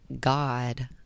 God